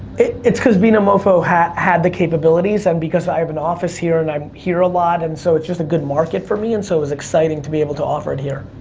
it's cause vinomofo had had the capabilities, and because i have an office here, and i'm here a lot, and so it's just a good market for me. and so it was exciting to be able to offer it here.